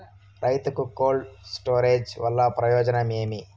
రైతుకు cold storage వల్ల ప్రయోజనం ఏమి?